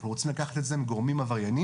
אנחנו רוצים לקחת את זה מגורמים עברייניים